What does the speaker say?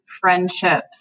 friendships